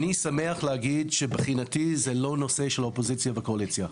אני שמח להגיד שמבחינתי זה לא נושא של אופוזיציה וקואליציה.